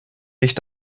dich